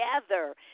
together